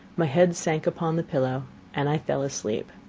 my head sank upon the pillow and i fell asleep.